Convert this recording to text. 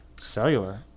Cellular